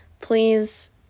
please